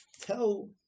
tell